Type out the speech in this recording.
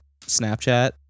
Snapchat